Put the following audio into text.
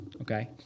okay